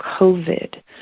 COVID